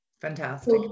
Fantastic